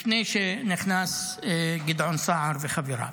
לפני שנכנס גדעון סער וחבריו.